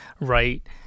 right